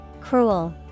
Cruel